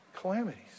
Calamities